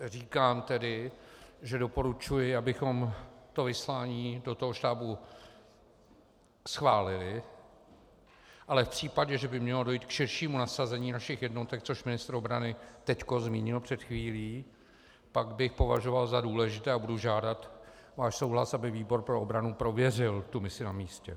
Říkám tedy, že doporučuji, abychom vyslání do toho štábu schválili, ale v případě, že by mělo dojít k širšímu nasazení našich jednotek, což ministr obrany teď zmínil před chvílí, pak bych považoval za důležité a budu žádat váš souhlas, aby výbor pro obranu prověřil tu misi na místě.